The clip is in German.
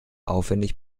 aufwendig